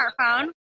smartphone